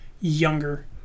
younger